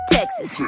Texas